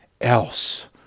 else